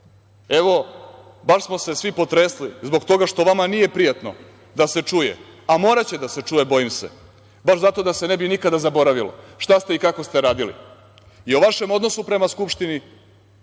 to. Evo, baš smo se svi potresli zbog toga što vama nije prijatno da se čuje, a moraće da se čuje, bojim se, baš zato da se ne bi nikada zaboravilo šta ste i kako ste radili i o vašem odnosu prema Skupštini,